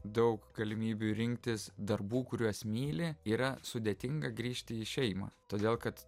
daug galimybių rinktis darbų kuriuos myli yra sudėtinga grįžti į šeimą todėl kad